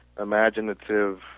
imaginative